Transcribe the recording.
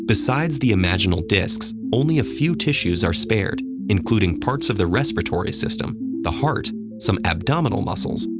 besides the imaginal discs, only a few tissues are spared, including parts of the respiratory system, the heart, some abdominal muscles,